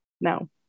no